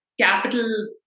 capital